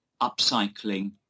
upcycling